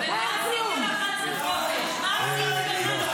איזה אליטות?